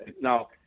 Now